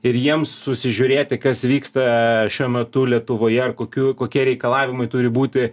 ir jiems susižiūrėti kas vyksta šiuo metu lietuvoje ar kokių kokie reikalavimai turi būti